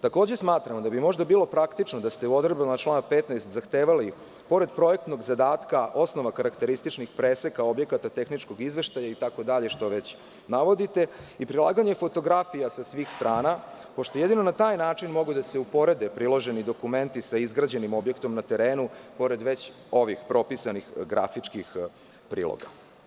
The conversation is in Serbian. Takođe, smatramo da bi možda bilo praktično da ste u odredbama člana 15. zahtevali, pored projektnog zadatka, osnova karakterističnih preseka, objekata, tehničkog izveštaja itd, što već navodite, i prilaganje fotografija sa svih strana, pošto jedino na taj način mogu da se uporede priloženi dokumenti sa izgrađenim objektom na terenu, pored već ovih propisanih grafičkih priloga.